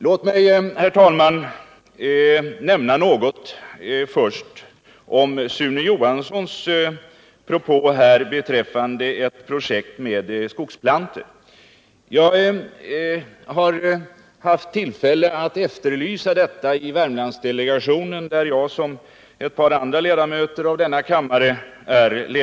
Låt mig, herr talman, till att börja med anknyta till Sune Johanssons propå beträffande ett projekt med skogsplantor. Jag har haft tillfälle att efterlysa detta i Värmlandsdelegationen, där jag liksom ett par andra ledamöter av denna kammare ingår.